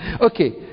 Okay